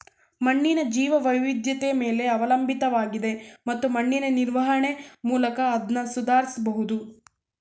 ಮಣ್ಣಿನ ಜೀವವೈವಿಧ್ಯತೆ ಮೇಲೆ ಅವಲಂಬಿತವಾಗಿದೆ ಮತ್ತು ಮಣ್ಣಿನ ನಿರ್ವಹಣೆ ಮೂಲಕ ಅದ್ನ ಸುಧಾರಿಸ್ಬಹುದು